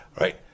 right